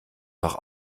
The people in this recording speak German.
noch